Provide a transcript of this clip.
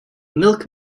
milk